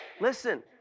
Listen